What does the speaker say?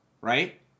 Right